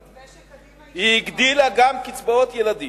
מתווה שקדימה, היא הגדילה גם קצבאות ילדים.